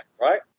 Right